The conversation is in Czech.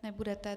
Nebudete.